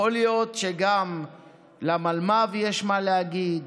יכול להיות שגם למלמ"ב יש מה להגיד,